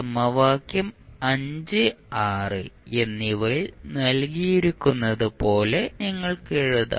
സമവാക്യം എന്നിവയിൽ നൽകിയിരിക്കുന്നതുപോലെ നിങ്ങൾക്ക് എഴുതാം